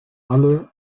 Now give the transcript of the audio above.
alle